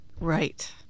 Right